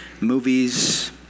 Movies